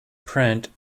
print